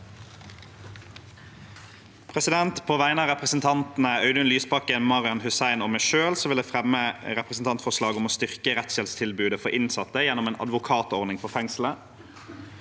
På vegne av representantene Audun Lysbakken, Marian Hussein og meg selv vil jeg fremme et representantforslag om å styrke rettshjelptilbudet for innsatte gjennom en advokatordning for fengslene.